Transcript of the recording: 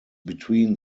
between